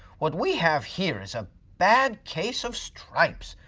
what we have here is a bad case of stripes,